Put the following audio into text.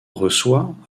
reçoit